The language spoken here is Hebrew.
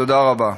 תודה רבה.